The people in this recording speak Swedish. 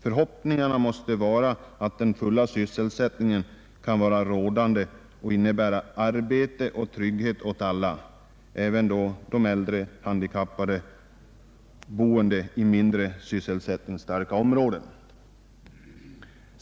Vi måste hoppas att den fulla sysselsättningen kan vara rådande och innebära arbete och trygghet åt alla, också äldre och handikappade som bor i mindre sysselsättningsstarka områden.